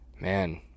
Man